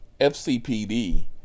FCPD